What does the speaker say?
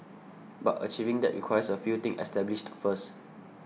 but achieving that requires a few things established first